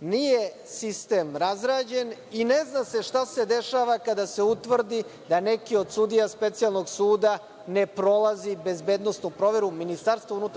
Nije sistem razrađen i ne zna se šta se dešava kada se utvrdi da neki od sudija specijalnog suda ne prolazi bezbednosnu proveru MUP